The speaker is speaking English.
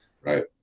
Right